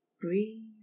Breathe